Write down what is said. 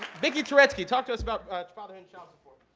vicki turetsky, talk to us about father and child support.